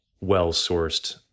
well-sourced